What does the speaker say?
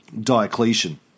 Diocletian